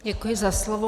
Děkuji za slovo.